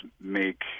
make